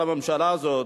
על הממשלה הזאת: